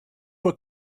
for